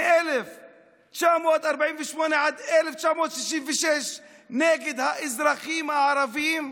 מ-1948 עד 1966 נגד האזרחים הערבים,